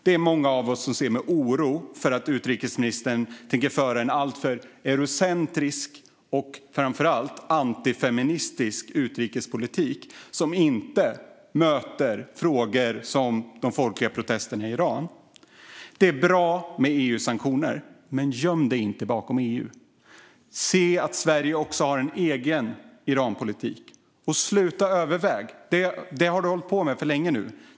Det är många av oss som är oroliga för att utrikesministern tänker föra en alltför eurocentrisk och framför allt antifeministisk utrikespolitik som inte möter frågor som de folkliga protesterna i Iran. Det är bra med EU-sanktioner, men göm dig inte bakom EU, Tobias Billström! Se att Sverige har en egen Iranpolitik! Och sluta att överväga - det har du hållit på med för länge nu.